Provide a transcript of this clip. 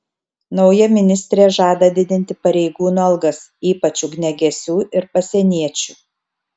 nauja ministrė žada didinti pareigūnų algas ypač ugniagesių ir pasieniečių